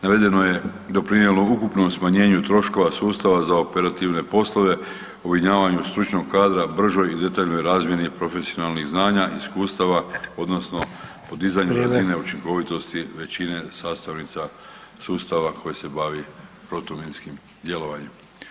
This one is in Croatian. Navedeno je doprinijelo ukupnom smanjenju troškova sustava za operativne poslove, objedinjavanju stručnog kadra, bržoj i detaljnoj razmjeni profesionalnih znanja, iskustava odnosno podizanju razine [[Upadica: Vrijeme.]] učinkovitosti većine sastavnica sustava koji se bavi protuminskim djelovanjem.